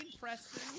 Preston